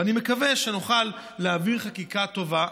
ואני מקווה שנוכל להעביר חקיקה טובה,